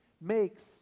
makes